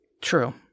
True